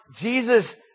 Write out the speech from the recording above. Jesus